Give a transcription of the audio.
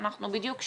אנחנו בדיוק שם.